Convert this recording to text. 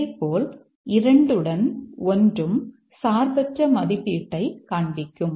இதேபோல் 2 உடன் 1 ம் சார்பற்ற மதிப்பீட்டை காண்பிக்கும்